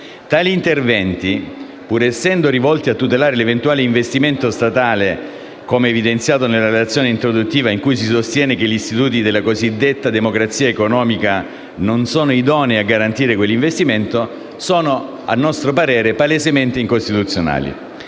Tali interventi, pur essendo rivolti a tutelare l'eventuale investimento statale - come evidenziato nella relazione introduttiva, in cui si sostiene che gli istituti della cosiddetta democrazia economica non sono idonei a garantire quell'investimento - sono, a nostro avviso, palesemente incostituzionali.